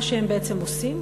מה שהם בעצם עושים,